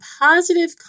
positive